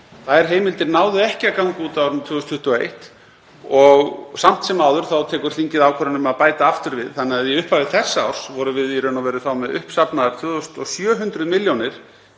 Þær heimildir náðu ekki að ganga út á árinu 2021 og samt sem áður tekur þingið ákvörðun um að bæta aftur við, þannig að í upphafi þessa árs vorum við í raun og veru með uppsafnaðar 2.700 milljónir